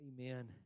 Amen